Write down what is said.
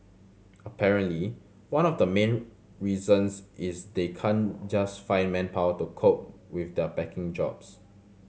apparently one of the main reasons is they can't just find manpower to cope with their packing jobs